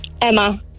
Emma